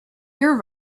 your